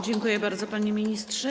Dziękuję bardzo, panie ministrze.